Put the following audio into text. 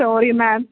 sorry ma'am